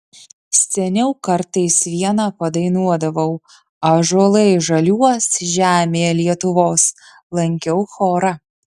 seniau kartais viena padainuodavau ąžuolai žaliuos žemėje lietuvos lankiau chorą